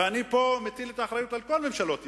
ופה אני מטיל את האחריות על כל ממשלות ישראל,